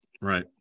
Right